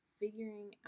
figuring